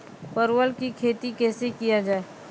परवल की खेती कैसे किया जाय?